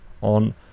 on